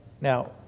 now